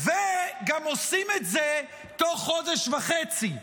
גם עושים את זה תוך חודש וחצי,